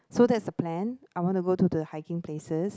so that's the plan I want to go to the hiking places